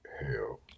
hell